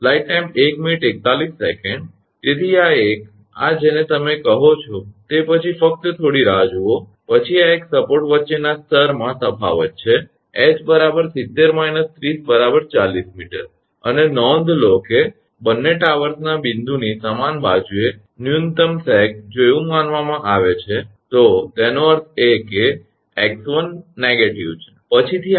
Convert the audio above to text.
તેથી આ એક આ જેને તમે કહો છો તે પછી ફક્ત થોડી રાહ જુઓપછી આ એક સપોર્ટ વચ્ચેના સ્તરમાં તફાવત છે ℎ 70 30 40 𝑚 અને નોંધ લો કે બંને ટાવર્સના બિંદુની સમાન બાજુએ ન્યૂનતમ સેગ જો એવું કહેવામાં આવે છે તો તેનો અર્થ એ કે 𝑥1 નકારાત્મક છે પછીથી આપણે જોઇશું